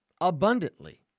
abundantly